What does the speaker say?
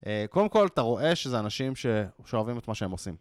קודם כל, אתה רואה שזה אנשים שאוהבים את מה שהם עושים.